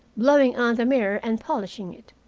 blowing on the mirror and polishing it.